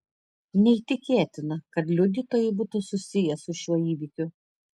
neįtikėtina kad liudytojai būtų susiję su šiuo įvykiu